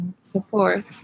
support